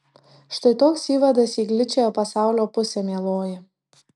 štai toks įvadas į gličiąją pasaulio pusę mieloji